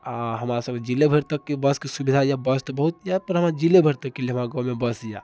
आ हमरा सबके जिले भरि तकके बसके सुविधा यऽ बस तऽ बहुत यऽ पर हमरा जिले भरि तकके लिए हमरा गाँवमे बस यऽ